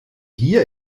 hier